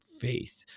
faith